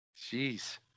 Jeez